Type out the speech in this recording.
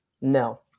No